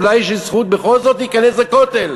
אולי יש לי זכות בכל זאת להיכנס לכותל?